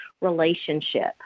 relationship